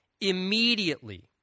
immediately